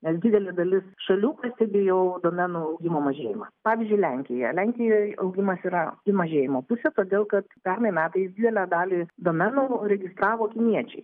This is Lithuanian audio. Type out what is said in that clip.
nes didelė dalis šalių pastebėjo duomenų augimo mažėjimą pavyzdžiui lenkija lenkijoj augimas yra į mažėjimo pusę todėl kad pernai metais didelę dalį domenų registravo kiniečiai